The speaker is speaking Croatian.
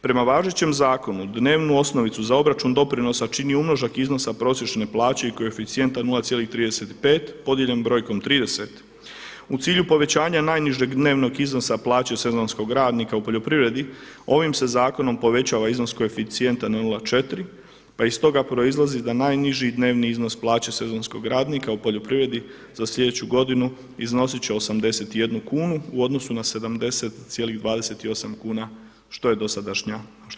Prema važećem zakonu dnevnu osnovicu za obračun doprinosa čini umnožak iznosa prosječne plaće i koeficijenta 0,35 podijeljen brojkom 30 u cilju povećanja najnižeg dnevnog iznosa plaće sezonskog radnika u poljoprivredi ovim se zakonom povećava iznos koeficijenta na 0,4 pa iz toga proizlazi da najniži dnevni iznos plaće sezonskog radnika u poljoprivredi za sljedeću godinu iznositi će 81 kunu u odnosu na 70,28 kuna što je bila dosadašnja praksa.